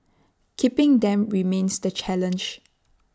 keeping them remains the challenge